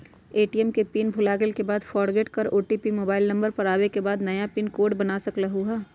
ATM के pin भुलागेल के बाद फोरगेट कर ओ.टी.पी मोबाइल नंबर पर आवे के बाद नया पिन कोड बना सकलहु ह?